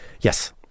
Yes